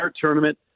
tournament